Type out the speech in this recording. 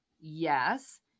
Yes